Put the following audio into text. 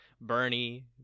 Bernie